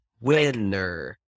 Winner